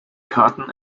karten